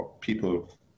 people